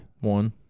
One